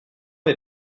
est